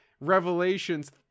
Revelations